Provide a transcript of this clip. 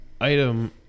item